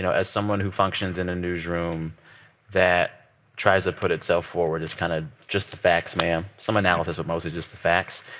you know as someone who functions in a newsroom that tries to put itself forward as kind of just the facts, ma'am some analysis but most just the facts.